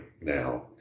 now